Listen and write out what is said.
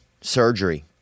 surgery